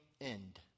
end